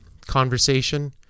conversation